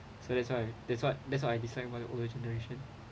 so that's why that's why that's why I dislike about the older generation